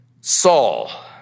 Saul